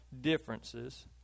differences